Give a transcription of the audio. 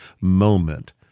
moment